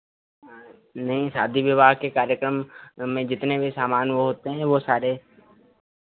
हाँ नहीं शादी विवाह के कार्यक्रम में जितने भी सामान वो होते हैं वो सारे